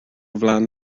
flaen